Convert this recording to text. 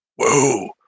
whoa